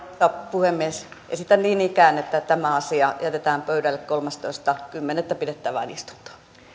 puhemies esitän niin ikään että tämä asia jätetään pöydälle kolmastoista kymmenettä pidettävään istuntoon